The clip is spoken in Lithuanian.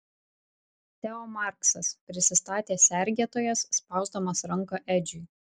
teo marksas prisistatė sergėtojas spausdamas ranką edžiui